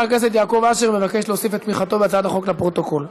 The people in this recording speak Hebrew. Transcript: הכנסת יעקב אשר מבקש להוסיף את תמיכתו בהצעת החוק לפרוטוקול.